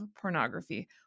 pornography